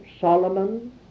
Solomon